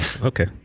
okay